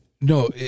No